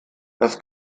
das